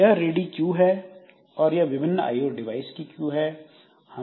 यह ready queue है और यह विभिन्न आईओ डिवाइस की क्यू है